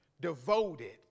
devoted